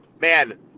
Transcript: Man